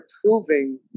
proving